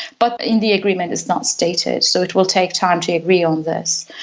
but in the agreement it's not stated, so it will take time to agree on this.